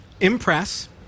Impress